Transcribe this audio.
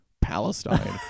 palestine